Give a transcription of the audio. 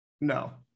No